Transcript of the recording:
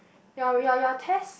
your your your test